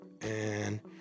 and-